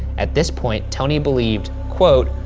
at this point, tony believed, quote,